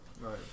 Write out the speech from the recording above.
Right